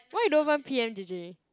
why you don't even p_m_j_j